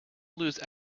lose